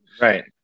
Right